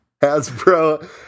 Hasbro